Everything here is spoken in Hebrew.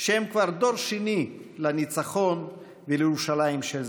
שהם כבר דור שני לניצחון ולירושלים של זהב,